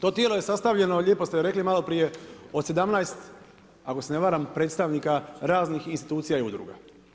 To tijelo je sastavljeno, lijepo ste rekli maloprije od 17, ako se ne varam, predstavnika raznih institucija i udruga.